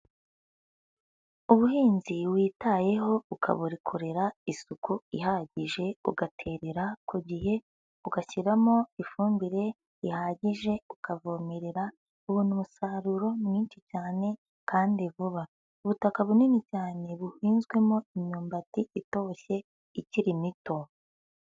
Ubuhinzi witayeho ukabukorera isuku ihagije, ugaterera ku gihe, ugashyiramo ifumbire ihagije, ukavomerera, ubona umusaruro mwinshi cyane kandi vuba. Ubutaka bunini cyane buhinzwemo imyumbati itoshye ikiri mito.